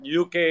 UK